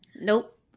Nope